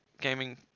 gaming